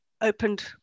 opened